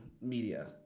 media